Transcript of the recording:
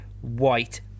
white